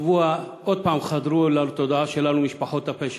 השבוע עוד פעם חדרו לתודעה שלנו משפחות הפשע,